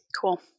Cool